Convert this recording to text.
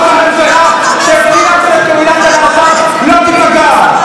איפה ראש הממשלה, שהבטיח שקהילת הלהט"ב לא תיפגע?